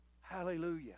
Hallelujah